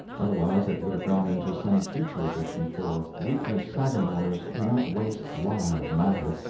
otherwise it would have gone into some future edition, for weekly sagamores do not waste live matter,